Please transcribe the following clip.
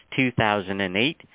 2008